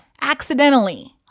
Accidentally